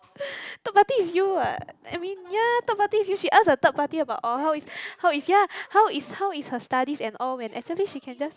third party is you what I mean ya third party is you she ask a third party about orh how is how is ya how is how is her studies and all when actually she can just